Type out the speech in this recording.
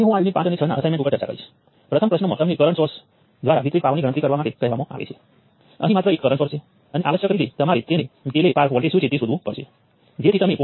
હવે આપણે એક સર્કિટ લઈશું અને તેના નોડલ એનાલિસિસ ઈક્વેશનો પસંદ કર્યા તે રીતે હું શા માટે પસંદ કરું છું